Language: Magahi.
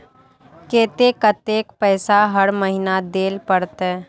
केते कतेक पैसा हर महीना देल पड़ते?